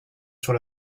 sur